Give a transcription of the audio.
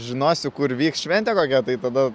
žinosiu kur vyks šventė kokia tai tada